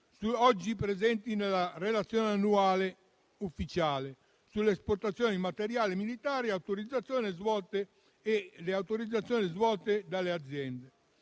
oggi presenti nella relazione annuale ufficiale sulle esportazioni di materiali militari autorizzate e svolte dalle aziende.